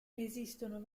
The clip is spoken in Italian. esistono